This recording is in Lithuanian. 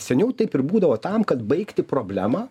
seniau taip ir būdavo tam kad baigti problemą